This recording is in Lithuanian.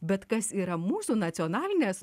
bet kas yra mūsų nacionalinės